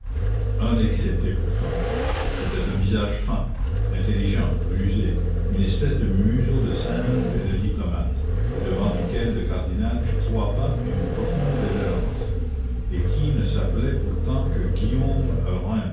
un excepté pourtant c'était un visage fin intelligent rusé une espèce de museau de singe et de diplomate au-devant duquel le cardinal fit trois pas et une profonde révérence et qui ne s'appelait pourtant que guillaume